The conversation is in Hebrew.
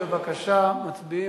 בבקשה, מצביעים.